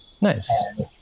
Nice